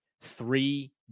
three